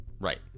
Right